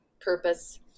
purpose